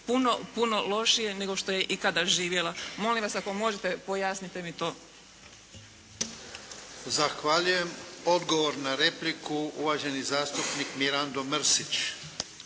puno, puno lošije nego što je ikada živjela. Molim vas ako možete pojasnite mi to? **Jarnjak, Ivan (HDZ)** Zahvaljujem. Odgovor na repliku uvaženi zastupnik Mirando Mrsić.